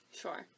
Sure